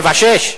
6:7,